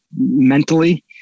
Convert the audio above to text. mentally